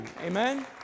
Amen